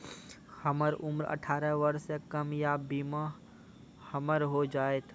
हमर उम्र अठारह वर्ष से कम या बीमा हमर हो जायत?